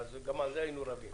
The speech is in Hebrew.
אחרת גם על זה היינו רבים.